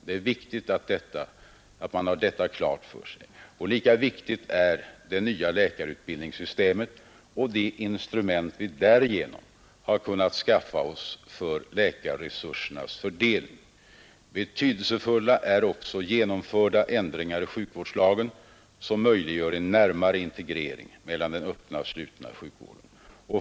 Det är viktigt att man har detta klart för sig. Det nya läkarutbildningssystemet är ett lika viktigt instrument som vi har kunnat skaffa oss för läkarresursernas fördelning. Betydelsefulla är också genomförda ändringar i sjukvårdslagen som möjliggör en större integrering mellan den öppna och den slutna sjukvården.